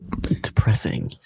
depressing